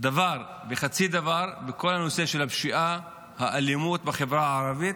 דבר וחצי דבר בכל הנושא של הפשיעה והאלימות בחברה הערבית.